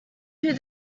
two